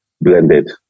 blended